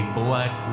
black